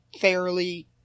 fairly